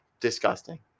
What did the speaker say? disgusting